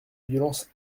violence